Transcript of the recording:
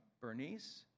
Bernice